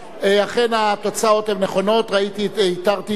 אכן, התוצאות הן נכונות, איתרתי את הנמנע.